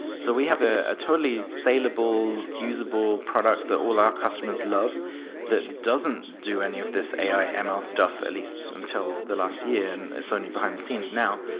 so we have a ah totally salable, usable product that all our customers love that doesn't do any of these ai ah ml stuff at least until the last year, and it's only behind the scenes now.